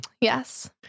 Yes